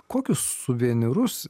kokius suvenyrus